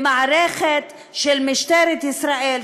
למערכת של משטרת ישראל,